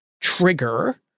Trigger